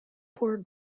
poor